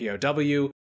POW